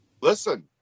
Listen